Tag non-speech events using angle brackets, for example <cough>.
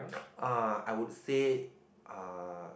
<noise> uh I would say uh